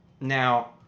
Now